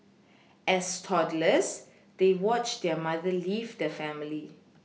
as toddlers they watched their mother leave the family